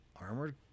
Armored